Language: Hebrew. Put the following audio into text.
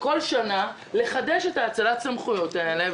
כל שנה לחדש את האצלת הסמכויות האלה